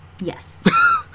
Yes